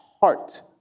heart